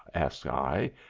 asks i,